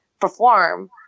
perform